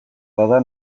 bada